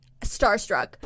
starstruck